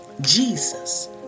Jesus